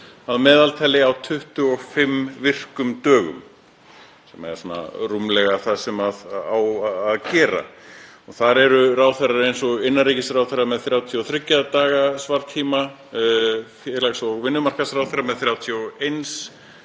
að meðaltali á 25 virkum dögum sem er rúmlega það sem á að vera. Þar eru ráðherrar eins og innanríkisráðherra með 33 daga svartíma, félags- og vinnumarkaðsráðherra með 31